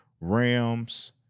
Rams